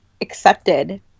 accepted